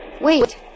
Wait